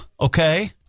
okay